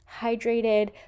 hydrated